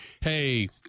hey